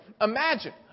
imagine